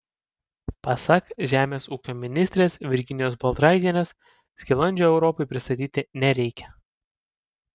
pasak žemės ūkio ministrės virginijos baltraitienės skilandžio europai pristatyti nereikia